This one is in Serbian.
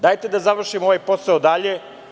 Dajte da završimo ovaj posao dalje.